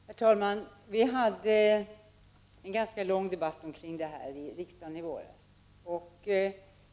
Herr talman! Vi hade en ganska lång debatt om detta ämne i riksdagen i våras.